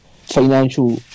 financial